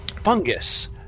fungus